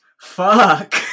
fuck